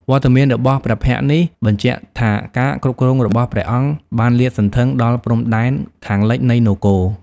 វត្តមានរបស់ព្រះភ័ក្ត្រនេះបញ្ជាក់ថាការគ្រប់គ្រងរបស់ព្រះអង្គបានលាតសន្ធឹងដល់ព្រំដែនខាងលិចនៃនគរ។